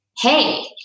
hey